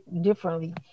differently